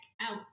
out